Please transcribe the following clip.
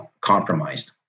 compromised